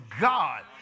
God